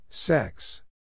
Sex